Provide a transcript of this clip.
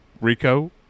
Rico